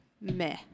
Meh